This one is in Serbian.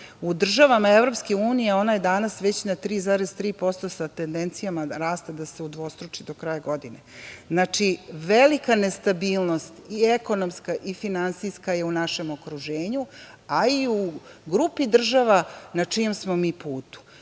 U državama EU ona je danas već na 3,3% sa tendencijama da raste, da se udvostruči do kraja godine. Znači, velika nestabilnost i ekonomska i finansijska je u našem okruženju, a i u grupi država na čijem smo mi putu. Prema